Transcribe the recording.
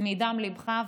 מדם ליבך,